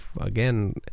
again